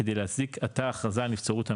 כדי להצדיק את ההכרזה על נבצרות המשיב.